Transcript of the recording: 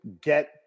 get